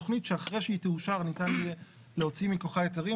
תכנית שאחרי שהיא תאושר ניתן יהיה להוציא מתוכה היתרים,